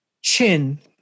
Chin